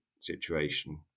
situation